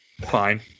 fine